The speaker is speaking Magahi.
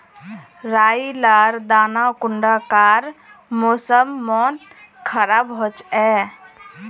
राई लार दाना कुंडा कार मौसम मोत खराब होचए?